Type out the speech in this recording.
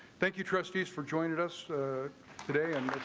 thank you trustee's for joining us today and